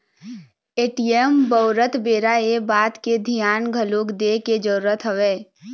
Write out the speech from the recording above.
ATM बउरत बेरा ये बात के धियान घलोक दे के जरुरत हवय